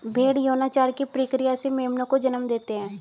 भ़ेड़ यौनाचार की प्रक्रिया से मेमनों को जन्म देते हैं